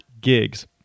gigs